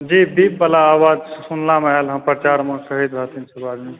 जी बीपवला आवाज़ सुनलामे आयल हँ प्रचारमे कहै रहथिन सभ आदमी